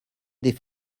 des